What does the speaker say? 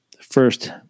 first